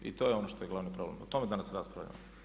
I to je ono što je glavni problem, o tome danas raspravljamo.